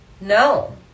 No